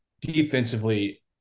defensively